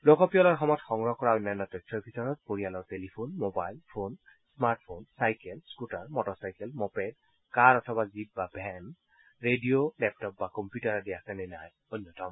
লোকপিয়লৰ সময়ত সংগ্ৰহ কৰা অন্যান্য তথ্যৰ ভিতৰত পৰিয়ালৰ telephone mobile phone smartphone cycle scooter motor cycle moped car অথবা জীপ বা ভেন ৰেডিঅ' লেপটপ বা কম্পিউটাৰ আদি আছেনে নাই অন্যতম